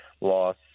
loss